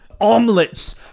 Omelets